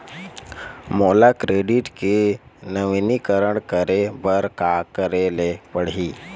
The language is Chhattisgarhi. मोला क्रेडिट के नवीनीकरण करे बर का करे ले पड़ही?